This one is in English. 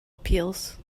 appeals